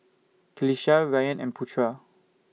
Qalisha Ryan and Putra